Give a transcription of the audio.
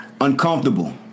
uncomfortable